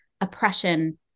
oppression